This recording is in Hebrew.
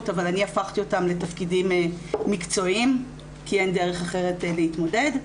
אבל אני הפכתי אותם לתפקידים מקצועיים כי אין דרך אחרת להתמודד.